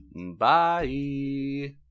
Bye